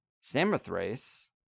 Samothrace